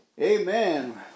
Amen